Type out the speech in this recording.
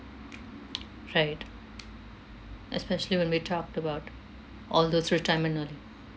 right especially when we talked about all those retirement all